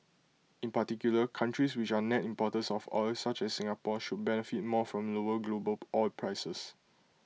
in particular countries which are net importers of oil such as Singapore should benefit more from lower global oil prices